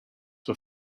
for